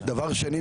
דבר שני,